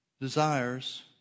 desires